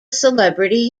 celebrity